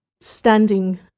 Standing